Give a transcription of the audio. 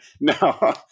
no